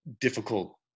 difficult